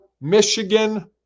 Michigan